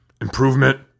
Improvement